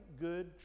good